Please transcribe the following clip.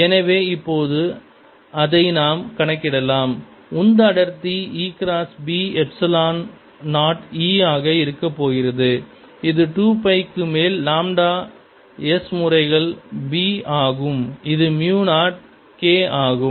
எனவே இப்பொழுது அதை நாம் கணக்கிடலாம் உந்த அடர்த்தி E cross B epsilon 0 E ஆக இருக்கப்போகிறது இது 2 பை க்கு மேல் லாம்டா S முறைகள் B ஆகும் இது மியூ 0 K ஆகும்